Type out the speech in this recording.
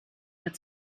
mehr